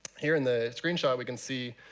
here in the screenshot, we can see